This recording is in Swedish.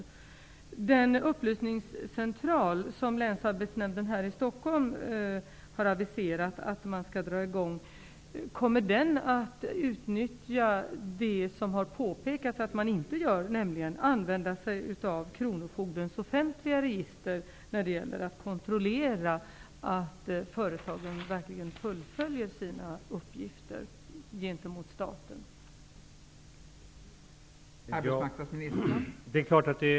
Kommer den upplysningscentral, som länsarbetsnämnden i Stockholm har aviserat att man skall inrätta, att utnyttja möjligheten att använda sig av Kronofogdemyndighetens offentliga register för att kontrollera att företagen verkligen fullföljer sina uppgifter gentemot staten?